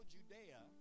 Judea